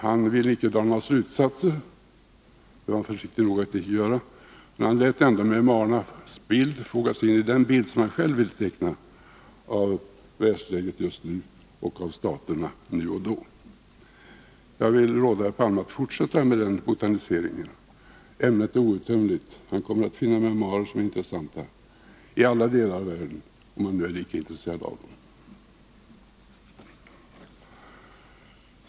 Han ville icke dra några slutsatser — det var han försiktig nog att icke göra — men han lät ändå memoarernas bild fogas in i den bild som han själv ville teckna av världsläget just nu och av staterna nu och då. Jag vill råda herr Palme att fortsätta med den botaniseringen. Ämnet är outtömligt; han kommer att finna memoarer som är intressanta i alla delar av världen, om han nu är lika intresserad av dem.